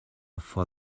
for